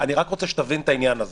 אני רק רוצה שתבין את העניין הזה.